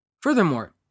Furthermore